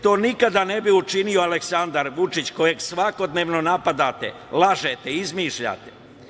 To nikada ne bi učinio Aleksandar Vučić kojeg svakodnevno napadate, lažete, izmišljate.